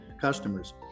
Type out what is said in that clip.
customers